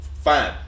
Fine